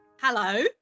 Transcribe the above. Hello